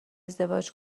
ازدواج